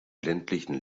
ländlichen